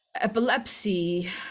epilepsy